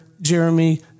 Jeremy